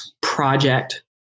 project